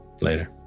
later